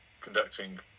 conducting